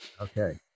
okay